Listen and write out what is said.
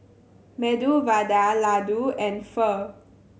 Medu Vada Ladoo and Pho